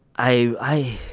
i, i